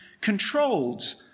controlled